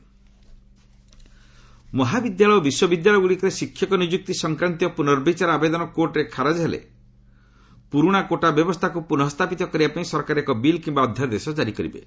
Javadekar reservation ମହାବିଦ୍ୟାଳୟ ଓ ବିଶ୍ୱବିଦ୍ୟାଳୟଗୁଡ଼ିକରେ ଶିକ୍ଷକ ନିଯୁକ୍ତି ସଂକ୍ରାନ୍ତୀୟ ପୁନର୍ବଚାର ଆବେଦନ କୋର୍ଟରେ ଖାରଜ ହେଲେ ପୁରୁଣା କୋଟା ବ୍ୟବସ୍ଥାକୁ ପୁନଃସ୍ଥାପିତ କରିବାପାଇଁ ସରକାର ଏକ ବିଲ୍ କିମ୍ବା ଅଧ୍ୟାଦେଶ କାରି କରିବେ